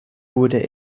wurde